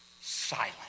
silent